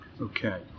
Okay